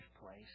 place